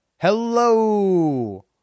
Hello